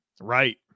Right